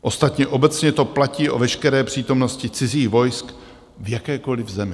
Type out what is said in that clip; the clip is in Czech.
Ostatně obecně to platí o veškeré přítomnosti cizích vojsk v jakékoliv zemi.